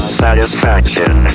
satisfaction